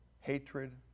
hatred